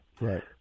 right